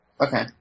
Okay